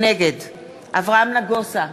נגד אברהם נגוסה,